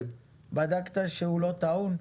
בדקת שהוא לא טעון?